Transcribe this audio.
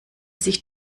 sich